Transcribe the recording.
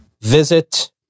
visit